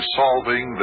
solving